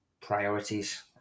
priorities